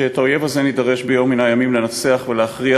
שאת האויב הזה אנחנו נידרש ביום מן הימים לנצח ולהכריע,